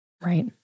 right